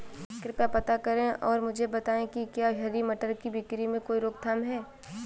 कृपया पता करें और मुझे बताएं कि क्या हरी मटर की बिक्री में कोई रोकथाम है?